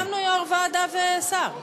אבל סיכמנו: יושב-ראש ועדה ושר.